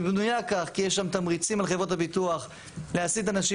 היא בנויה כך כי יש שם תמריצים על חברות הביטוח להסית אנשים